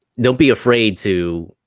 don't be afraid to,